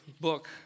book